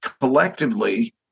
collectively